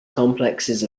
complexes